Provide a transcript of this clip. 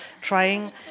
trying